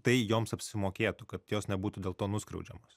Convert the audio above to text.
tai joms apsimokėtų kad jos nebūtų dėl to nuskriaudžiamos